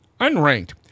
unranked